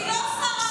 אני לא שרה.